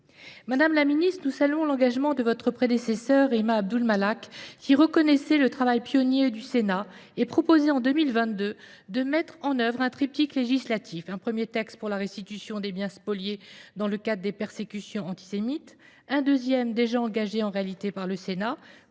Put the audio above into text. Madame la Ministre, nous saluons l'engagement de votre Prédécesseur, Imad Abdulmalak, qui reconnaissait le travail pionnier du Sénat et proposait en 2022 de mettre en œuvre un triptyque législatif, un premier texte pour la restitution des biens spoliés dans le cadre des persécutions antisémites, un deuxième déjà engagé en réalité par le Sénat